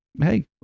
hey